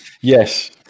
Yes